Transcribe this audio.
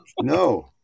no